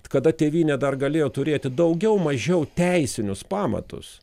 kada tėvynė dar galėjo turėti daugiau mažiau teisinius pamatus